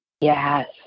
Yes